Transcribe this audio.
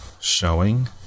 showing